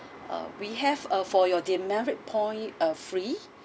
ah we have uh for your demerit point uh free